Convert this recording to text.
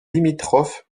limitrophe